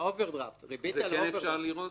את זה כן אפשר לראות?